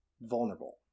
vulnerable